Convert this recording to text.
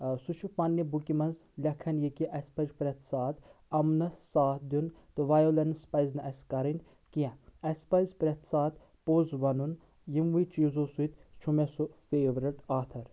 سُہ چھ پنٛنِہ بُکہِ منٛز لیٚکھان یہِ کہِ اَسہِ پَزِ پرٛٮ۪تھ ساتہٕ اَمنَس ساتھ دِیُٚن تہٕ وَیلنٛس پَزِ نہٕ اَسہِ کَرٕنۍ کینٛہہ آسہِ پَزِ پرٛٮ۪تھ ساتہٕ پوٚز وَنُن یِموٕے چیٖزو سۭتۍ چھُ مےٚ سُہ فیورِٹ آتَھر